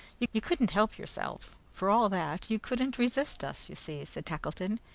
you couldn't help yourselves, for all that. you couldn't resist us, you see, said tackleton.